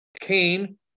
Cain